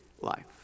life